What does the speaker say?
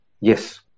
yes